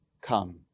come